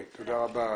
תודה רבה.